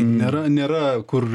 nėra nėra kur